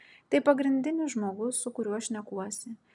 tai pagrindinis žmogus su kuriuo šnekuosi